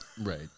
right